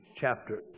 chapter